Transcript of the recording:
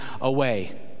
away